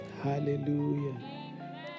Hallelujah